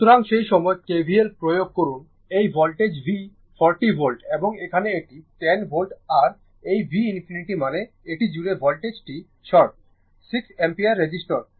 সুতরাং সেই সময় KVL প্রয়োগ করুন এই ভোল্টেজ v 40 ভোল্ট এবং এখানে এটি 10 ভোল্ট আর এই v ∞ মানে এটি জুড়ে ভোল্টেজ টি শর্ট 6 Ω রেজিস্টর